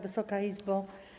Wysoka Izbo!